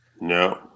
no